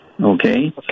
okay